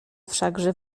wszakże